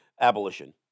abolition